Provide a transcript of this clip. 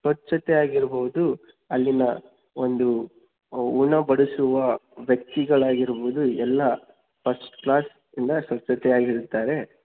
ಸ್ವಚ್ಛತೆಯಾಗಿರಬಹ್ದು ಅಲ್ಲಿನ ಒಂದು ಉಣಬಡಿಸುವ ವ್ಯಕ್ತಿಗಳಾಗಿರ್ಬೌದು ಎಲ್ಲ ಫಸ್ಟ್ ಕ್ಲಾಸ್ ಇಂದ ಸ್ವಚ್ಛತೆಯಾಗಿರುತ್ತದೆ